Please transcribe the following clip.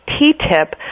TTIP